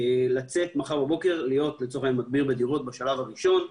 לצאת מחר בבוקר להיות מדביר בדירות בשלב הראשון,